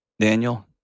Daniel